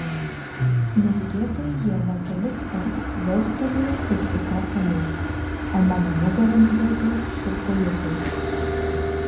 netikėtai ieva keliskart viauktelėjo kaip tikra kalė o mano nugara nubėgo šiurpuliukai